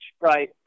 right